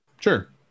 Sure